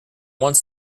wants